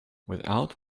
without